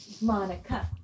Monica